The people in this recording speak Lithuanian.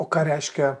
o ką reiškia